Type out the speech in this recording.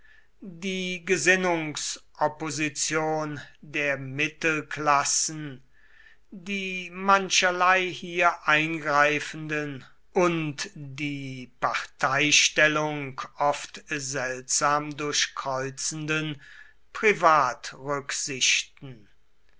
die gesinnungsopposition der mittelklassen die mancherlei hier eingreifenden und die parteistellung oft seltsam durchkreuzenden